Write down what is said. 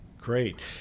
Great